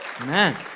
Amen